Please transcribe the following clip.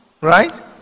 right